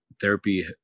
therapy